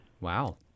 Wow